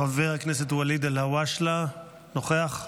חבר הכנסת ואליד אלהואשלה, נוכח?